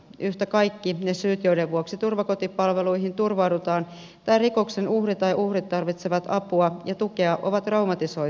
yhtä kaikki ne syyt joiden vuoksi turvakotipalveluihin turvaudutaan tai rikoksen uhri tai uhrit tarvitsevat apua ja tukea ovat traumatisoivia syitä